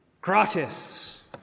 gratis